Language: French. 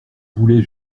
boulets